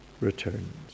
returns